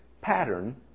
pattern